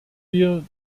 wir